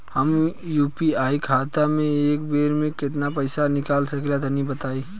हम यू.पी.आई खाता से एक बेर म केतना पइसा निकाल सकिला तनि बतावा?